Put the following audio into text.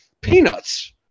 peanuts